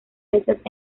hechas